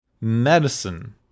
medicine